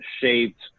shaped